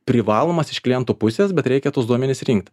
privalomas iš kliento pusės bet reikia tuos duomenis rinkt